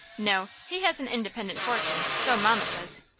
no he has an independent fortune, so mamma says.